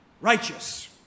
righteous